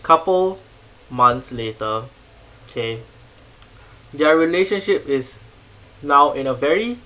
couple months later K their relationship is now in a very